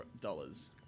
dollars